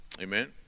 Amen